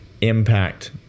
impact